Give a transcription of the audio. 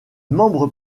membres